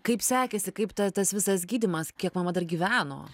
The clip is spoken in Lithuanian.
kaip sekėsi kaip ta tas visas gydymas kiek mama dar gyveno